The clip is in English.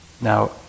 Now